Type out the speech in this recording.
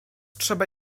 trzeba